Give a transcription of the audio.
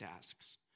tasks